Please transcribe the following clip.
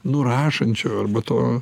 nurašančio arba to